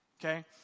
okay